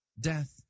Death